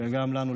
וגם לנו,